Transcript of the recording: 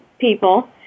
people